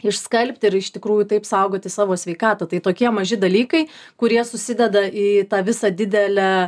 išskalbti ir iš tikrųjų taip saugoti savo sveikatą tai tokie maži dalykai kurie susideda į tą visą didelę